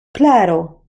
klaro